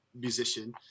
musician